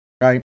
right